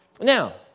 Now